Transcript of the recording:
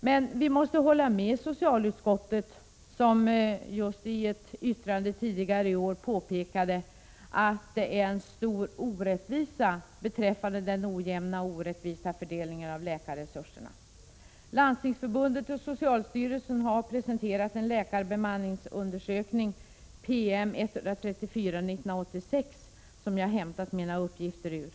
Men vi måste hålla med socialutskottet, som i ett yttrande tidigare i år påpekade att den ojämna fördelningen av läkarresurserna innebär en stor orättvisa. Landstingsförbundet och socialstyrelsen har presenterat en läkarbemanningsundersökning, PM 134/1986, som jag hämtat mina uppgifter ur.